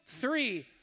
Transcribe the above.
three